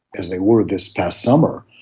as they were this past summer,